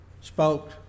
spoke